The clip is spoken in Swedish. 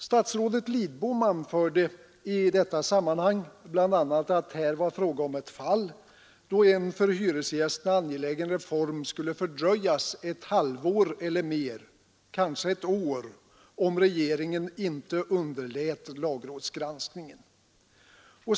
Statsrådet Lidbom anförde i detta sammanhang bl.a. att här var fråga om ett fall då en för hyresgästerna angelägen reform skulle fördröjas ett halvår eller mer — kanske ett år — om regeringen inte underlät lagrådsgranskningen.